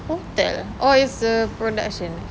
hotel orh it's a production